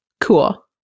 cool